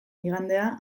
igandea